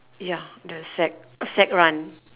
ya the sack sack run